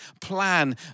Plan